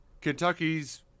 Kentucky's –